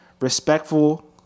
respectful